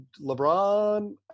LeBron